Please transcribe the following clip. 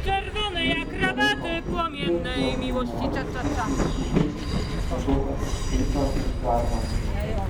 reikia gerai papurtyti tuos jaunuolius su šlipsiukais tegul atsiskaito už darbą